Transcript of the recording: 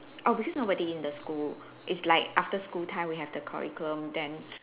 orh because nobody in the school it's like after school time we have the curriculum then